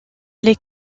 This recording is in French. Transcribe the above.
les